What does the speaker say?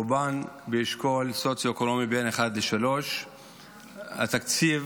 רובן באשכול סוציו-אקונומי 1 3. התקציב